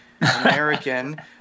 American